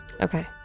Okay